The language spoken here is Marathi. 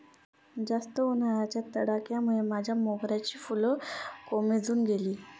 जास्त उन्हाच्या तडाख्यामुळे माझ्या मोगऱ्याची फुलं कोमेजून गेली